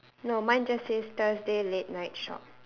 no mine just says thursday late night shop